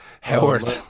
Howard